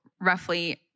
roughly